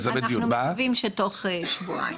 אנחנו מאמינים שתוך שבועיים.